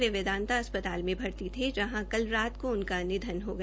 वह वेंदाता अस्पताल में भर्ती थे जहां कल रात को उनका निधन हो गया